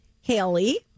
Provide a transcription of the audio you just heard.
Haley